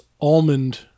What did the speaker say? almond